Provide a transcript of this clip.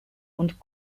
und